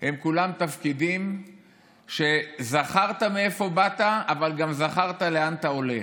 הם כולם תפקידים שבהם זכרת מאיפה באת אבל גם זכרת לאן אתה הולך.